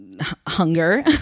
hunger